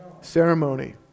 ceremony